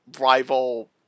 rival